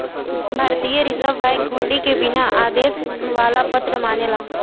भारतीय reserve bank हुंडी के बिना आदेश वाला पत्र मानेला